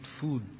food